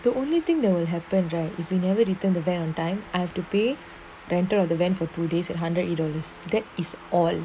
the only thing that will happen right if we never return the ban on time I have to pay the enter of the van for two days at hundred dollars that is all